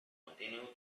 continue